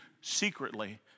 secretly